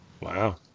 Wow